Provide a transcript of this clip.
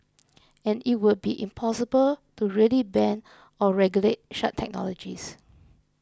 and it would be impossible to really ban or regulate such technologies